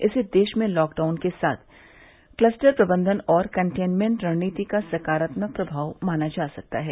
इसे देश में लॉकडाउन के साथ क्लस्टर प्रबंधन और कन्टेनमेंट रणनीति का सकारात्मक प्रभाव माना जा सकता है